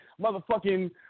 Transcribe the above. Motherfucking